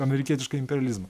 amerikietišką imperializmą